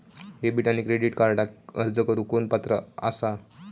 Debit आणि credit कार्डक अर्ज करुक कोण पात्र आसा?